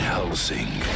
Helsing